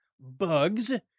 bugs